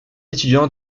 étudiant